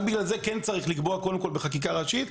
רק בגלל זה כן צריך לקבוע את זה בחקיקה ראשית,